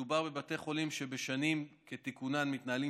מדובר בבתי חולים שבשנים כתיקונן מתנהלים